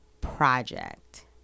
project